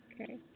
Okay